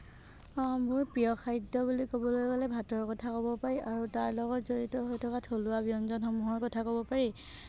মোৰ প্ৰিয় খাদ্য বুলি ক'বলৈ গ'লে ভাতৰ কথা ক'ব পাৰি আৰু তাৰ লগত জড়িত হৈ থকা থলুৱা ব্যঞ্জনসমূহৰ কথা ক'ব পাৰি